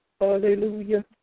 Hallelujah